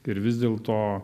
ir vis dėl to